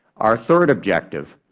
our third objective,